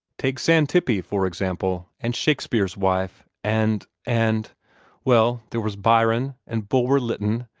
take xantippe, for example, and shakespeare's wife, and and well, there was byron, and bulwer-lytton,